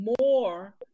more